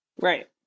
Right